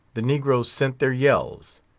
the negroes sent their yells.